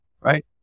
Right